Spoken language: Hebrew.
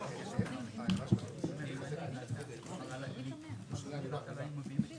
"לעוסק שמחזור עסקאותיו בין 40 אלף שקלי חדשים ל-200 אלף